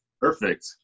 Perfect